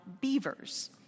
beavers